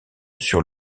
sur